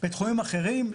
בתחומים אחרים,